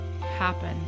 happen